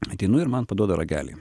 ateinu ir man paduoda ragelį